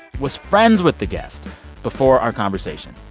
was friends with the guest before our conversation.